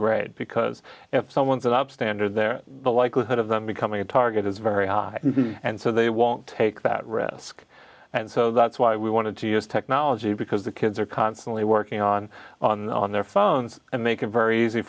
great because if someone's up standard there the likelihood of them becoming a target is very high and so they won't take that risk and so that's why we wanted to use technology because the kids are constantly working on on on their phones and make it very easy